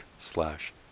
slash